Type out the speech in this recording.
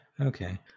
Okay